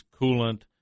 coolant